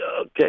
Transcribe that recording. Okay